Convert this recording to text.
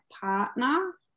partner